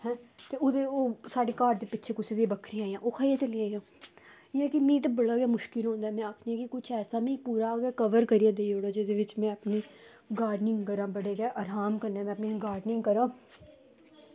ते ओह् साढ़े घर दे पिच्छें पिच्छें ओह् बक्खरियां न ते में बड़ा गै मुश्कल होंदा ते में आक्खनी आं की कुछ ऐसा बी कवर करो की जेह्दे बिच में अपनी गार्डनिंग करांऽ बड़े आराम कन्नै अपनी गार्डनिंग करांऽ